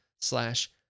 slash